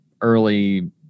early